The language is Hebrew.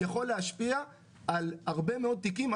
יכול להשפיע על הרבה מאוד תיקים,